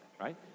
right